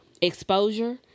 exposure